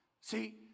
See